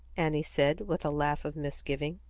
annie said, with a laugh of misgiving.